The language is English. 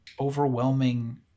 overwhelming